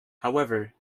however